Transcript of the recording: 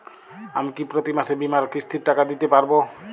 আমি কি প্রতি মাসে বীমার কিস্তির টাকা দিতে পারবো?